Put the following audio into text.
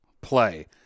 play